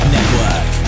Network